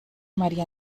maría